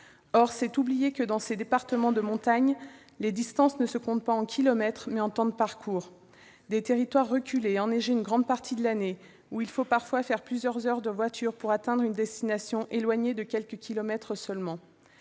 Or c'est oublier que dans ces départements de montagne, les distances ne se comptent pas en kilomètres, mais en temps de parcours. Ce sont des territoires reculés, enneigés une grande partie de l'année, où il faut parfois faire plusieurs heures de voiture pour atteindre une destination éloignée de quelques kilomètres ! Ce sont